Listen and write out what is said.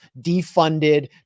defunded